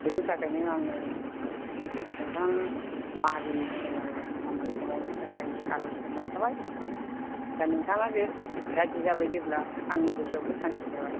बेनिथाखायनो आङो नोंथां माहाजोननिसिम आङो खामानिखौ मावनो थाखाय आर'ज हरनाय थाबाय दा नोंथाङा जे राजि जाबाय जेब्ला आंनि गोसोआबो सान्थि जाबाय